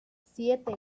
siete